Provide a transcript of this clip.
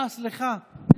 אה, סליחה.